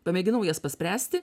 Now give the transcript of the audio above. pamėginau jas paspręsti